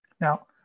Now